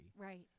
Right